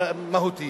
מהותיים.